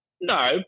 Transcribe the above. No